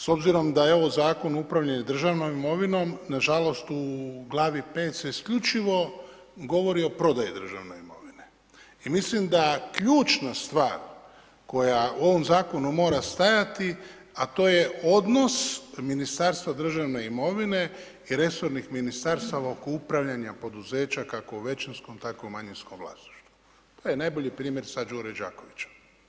S obzirom da je ovo Zakon o upravljanju državnom imovinom, nažalost u glavi 5 se isključivo govori o prodaji državne imovine i mislim da ključna stvar koja u ovom zakonu mora stajati, a to je odnos Ministarstva državne imovine i resornih ministarstva oko upravljanja poduzeća kako u većinskom tako u manjinskom vlasništvu, to je najbolji primjer sada Đure Đakovića.